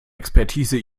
expertise